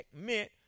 meant